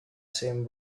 same